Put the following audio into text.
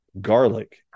garlic